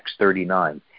X39